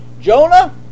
Jonah